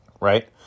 right